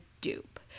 dupe